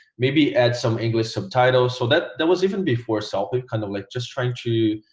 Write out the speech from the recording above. maybe add some english subtitles so that there was even before celpip kind of like just trying to